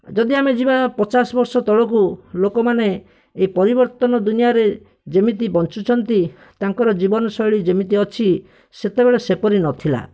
ଯଦି ଆମେ ଯିବା ପଚାଶ ବର୍ଷ ତଳକୁ ଲୋକମାନେ ଏ ପରିବର୍ତ୍ତନ ଦୁନିଆରେ ଯେମିତି ବଞ୍ଚୁଛନ୍ତି ତାଙ୍କର ଜୀବନଶୈଳୀ ଯେମିତି ଅଛି ସେତେବେଳେ ସେପରି ନଥିଲା